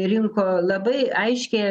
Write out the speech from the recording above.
rinko labai aiškią